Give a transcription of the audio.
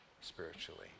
spiritually